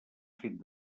fet